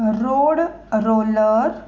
road roller